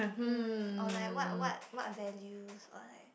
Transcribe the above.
mm or like what what what values or like